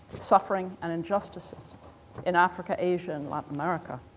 suffering and injustice in africa, asia in latin america.